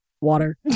Water